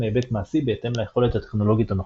מהיבט מעשי בהתאם ליכולת הטכנולוגית הנוכחית.